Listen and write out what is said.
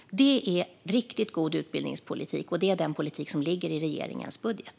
Det är riktigt god utbildningspolitik, och det är den politik som ligger i regeringens budget.